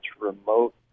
remote